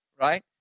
right